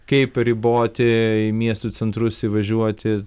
kaip riboti į miestų centrus įvažiuoti